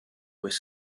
where